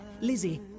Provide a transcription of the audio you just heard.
Lizzie